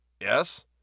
Yes